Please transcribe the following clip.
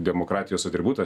demokratijos atributas